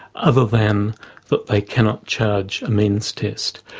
other than that they cannot charge a means test.